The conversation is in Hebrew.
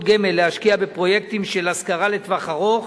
גמל להשקיע בפרויקטים של השכרה לטווח ארוך